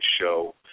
show